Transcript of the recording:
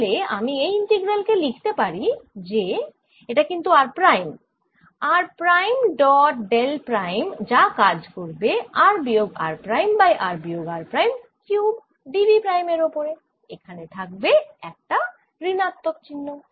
তাহলে আমি এই ইন্টিগ্রাল কে লিখতে পারি j এটা কিন্তু r prime r prime dot del prime যা কাজ করবে r বিয়োগ r প্রাইম বাই r বিয়োগ r prime cube d V prime এর ওপরে এখানে থাকবে একটা ঋণাত্মক চিহ্ন